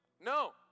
No